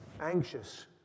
Anxious